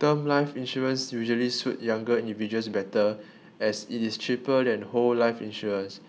term life insurance usually suit younger individuals better as it is cheaper than whole life insurance